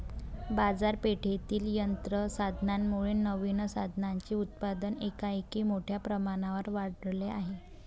बाजारपेठेतील यंत्र साधनांमुळे नवीन साधनांचे उत्पादन एकाएकी मोठ्या प्रमाणावर वाढले आहे